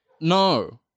No